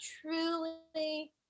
truly